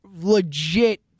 legit